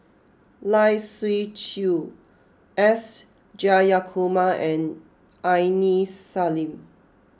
Lai Siu Chiu S Jayakumar and Aini Salim